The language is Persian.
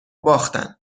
باختن